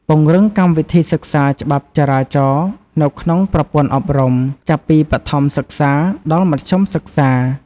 ពង្រឹងកម្មវិធីសិក្សាច្បាប់ចរាចរណ៍ នៅក្នុងប្រព័ន្ធអប់រំ ចាប់ពីបឋមសិក្សាដល់មធ្យមសិក្សា។